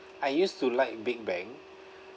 I used to like big bang